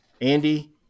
Andy